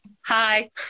hi